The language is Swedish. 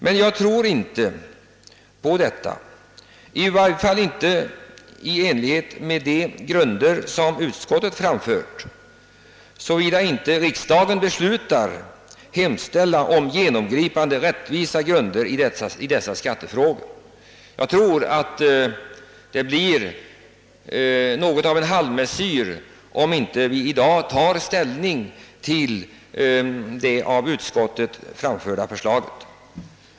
Men jag tror inte på detta, i varje fall inte att det blir i enlighet med de grunder som utskottet framfört, såvida inte riksdagen beslutar hemställa om genomgripande rättvisa "grunder i dessa skattefrågor. Jag tror att det blir något av halvmesyr, om vi inte i dag tar ställning till det av utskottet framförda förslaget.